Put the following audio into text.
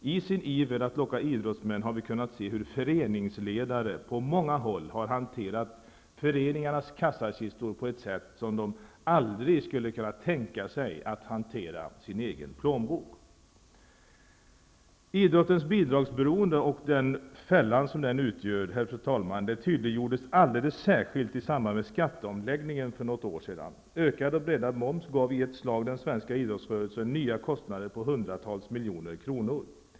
Vi har kunnat se hur föreningsledare på många håll, i sin iver att locka idrottsmän, har hanterat föreningarnas kassakistor på ett sätt som de aldrig skulle kunna tänka sig att hantera sin egen plånbok. Herr talman! Idrottens bidragsberoende och den fälla som det utgör tydliggjordes alldeles särskilt i samband med skatteomläggningen för något år sedan. Ökad och breddad moms gav i ett slag den svenska idrottsrörelsen nya kostnader på hundratals miljoner kronor.